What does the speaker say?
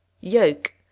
Yoke